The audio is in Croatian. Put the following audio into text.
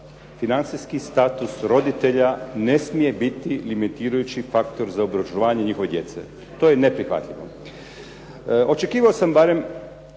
financijski status roditelja ne smije biti limitirajući faktor za obrazovanje njihove djece. To je neprihvatljivo. Očekivao sam barem